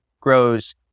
grows